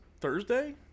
Thursday